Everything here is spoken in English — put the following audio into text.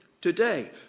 Today